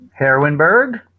heroinberg